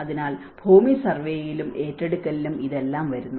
അതിനാൽ ഭൂമി സർവേയിലും ഏറ്റെടുക്കലിലും ഇതെല്ലാം വരുന്നു